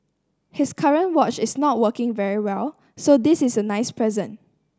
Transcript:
his current watch is not working very well so this is a nice present